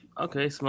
okay